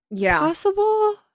possible